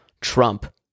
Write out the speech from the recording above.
Trump